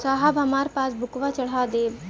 साहब हमार पासबुकवा चढ़ा देब?